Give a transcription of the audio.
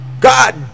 God